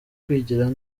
kwigira